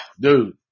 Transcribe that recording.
dude